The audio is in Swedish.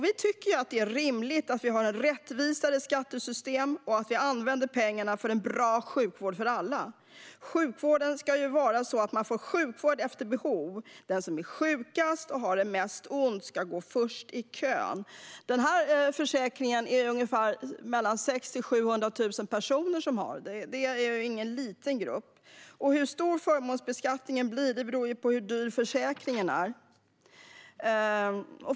Vi tycker att det är rimligt att vi har ett rättvisare skattesystem och att vi använder pengarna till en bra sjukvård för alla. Sjukvården ska ju vara så att man får sjukvård efter behov; den som är sjukast och har mest ont ska komma först i kön. Den här försäkringen är det mellan 600 000 och 700 000 personer som har, och det är ingen liten grupp. Hur stor förmånsbeskattningen blir beror på hur dyr försäkringen är.